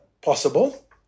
possible